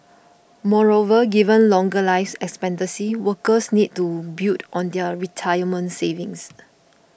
moreover given longer life expectancy workers need to build on their retirement savings